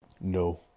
No